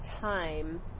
time